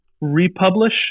republish